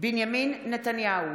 בנימין נתניהו,